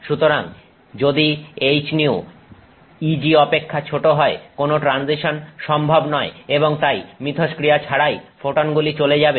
সুতরাং যদি hυ Eg অপেক্ষা ছোট হয় কোন ট্রানজিশন সম্ভব নয় এবং তাই মিথস্ক্রিয়া ছাড়াই ফোটনগুলি চলে যাবে